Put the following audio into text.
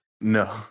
no